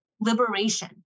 Liberation